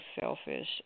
selfish